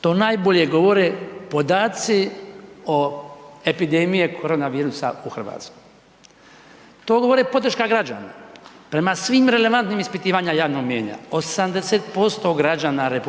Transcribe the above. to najbolje govore podaci o epidemije korona virusa u Hrvatskoj, to govori podrška građana. Prema svim relevantnim ispitivanjima javnog mnijenja, 80% građana RH,